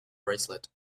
bracelet